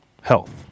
health